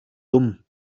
dumm